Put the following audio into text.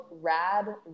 rad